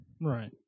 Right